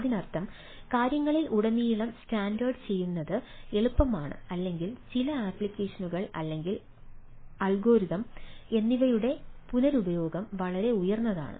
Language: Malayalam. അതിനർത്ഥം കാര്യങ്ങളിൽ ഉടനീളം സ്റ്റാൻഡേർഡ് ചെയ്യുന്നത് എളുപ്പമാണ് അല്ലെങ്കിൽ ചില ആപ്ലിക്കേഷനുകൾ അല്ലെങ്കിൽ അൽഗോരിതം എന്നിവയുടെ പുനരുപയോഗം വളരെ ഉയർന്നതാണ്